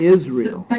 Israel